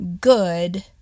good